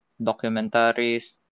documentaries